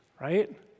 right